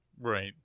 right